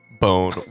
bone